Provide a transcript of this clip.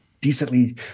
decently